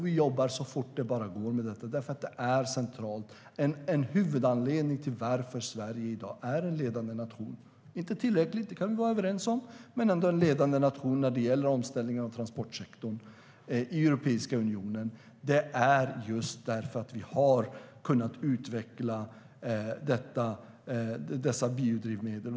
Vi jobbar så fort det bara går med detta, för det är centralt och en huvudanledning till att Sverige i dag är en ledande nation. Det är inte tillräckligt - det kan vi vara överens om - men Sverige är ändå en ledande nation när det gäller omställning av transportsektorn i Europeiska unionen. Det beror just på att vi har kunnat utveckla dessa biodrivmedel.